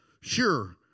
Sure